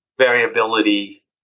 variability